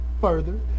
further